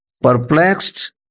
Perplexed